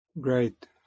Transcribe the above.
Great